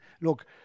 look